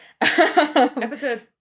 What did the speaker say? Episode